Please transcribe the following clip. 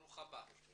ברוך הבא.